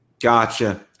Gotcha